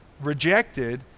rejected